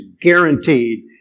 guaranteed